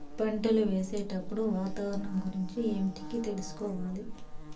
పంటలు వేసేటప్పుడు వాతావరణం గురించి ఏమిటికి తెలుసుకోవాలి?